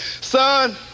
son